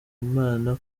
imana